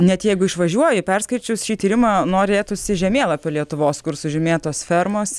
net jeigu išvažiuoji perskaičius šį tyrimą norėtųsi žemėlapio lietuvos kur sužymėtos fermos